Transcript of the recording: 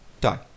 Die